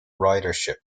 ridership